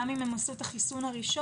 גם אם הם עשו את החיסון הראשון,